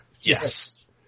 Yes